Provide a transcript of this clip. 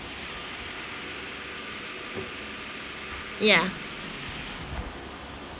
ya